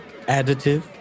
additive